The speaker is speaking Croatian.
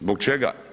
Zbog čega?